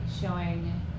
showing